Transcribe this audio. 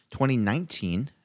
2019